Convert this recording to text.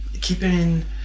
keeping